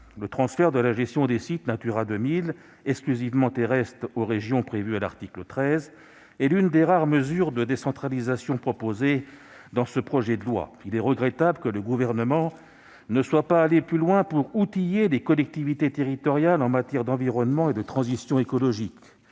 Le transfert de la gestion des sites Natura 2000 exclusivement terrestres aux régions, prévu à l'article 13, est l'une des rares mesures de décentralisation proposées dans ce projet de loi. Il est regrettable que le Gouvernement ne soit pas allé plus loin pour outiller les collectivités territoriales en matière d'environnement et de transition écologique.